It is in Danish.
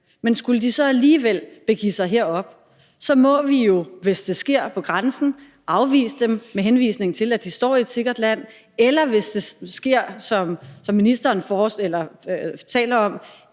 Men skulle de så alligevel begive sig herop, må vi jo, hvis det sker på grænsen, afvise dem, med henvisning til at de står i et sikkert land, eller hvis det sker sådan, som ministeren taler om,